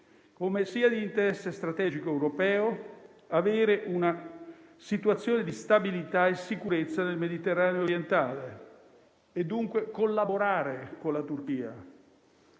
come sia di interesse strategico europeo avere una situazione di stabilità e sicurezza nel Mediterraneo orientale e dunque collaborare con la Turchia.